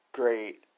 great